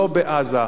לא בעזה,